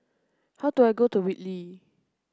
how do I get to Whitley